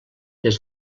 des